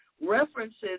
references